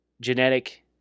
genetic